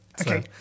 Okay